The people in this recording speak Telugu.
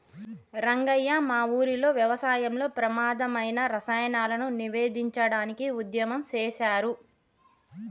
రంగయ్య మా ఊరిలో వ్యవసాయంలో ప్రమాధమైన రసాయనాలను నివేదించడానికి ఉద్యమం సేసారు